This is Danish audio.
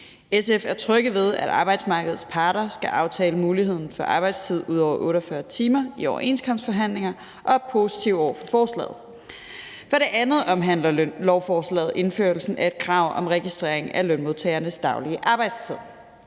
SF er trygge ved, at arbejdsmarkedets parter skal aftale muligheden for arbejdstid ud over 48 timer i overenskomstforhandlinger, og er positive over for forslaget. For det andet omhandler lovforslaget indførelsen af et krav om registrering af lønmodtagernes daglige arbejdstid.